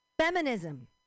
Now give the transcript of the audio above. Feminism